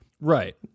right